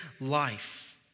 life